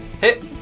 Hit